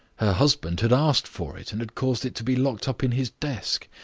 her husband had asked for it, and had caused it to be locked up in his desk.